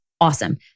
awesome